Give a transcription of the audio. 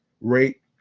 rate